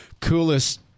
coolest